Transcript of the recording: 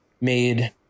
made